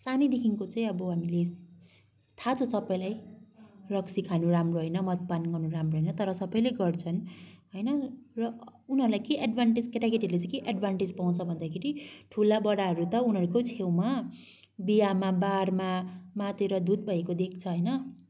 सानैदेखिको चाहिँ अब हामीले थाहा छ सबैलाई रक्सी खानु राम्रो होइन मदपान गर्नु राम्रो होइन तर सबैले गर्छन् होइन र उनीहरूलाई के एडभान्टेज केटाकेटीहरूले चाहिँ के एडभान्टेज पाउँछ भन्दाखेरि ठुलाबडाहरू त उनीहरूको छेउमा बिहामा बारमा मातेर धुत भएको देख्छ होइन